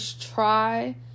try